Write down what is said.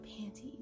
panties